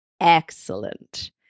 Excellent